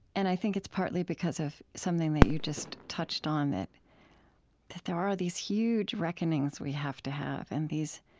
and i think it's partly because of something that you just touched on that that there are these huge reckonings we have to have, and these